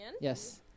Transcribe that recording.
Yes